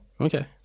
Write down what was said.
Okay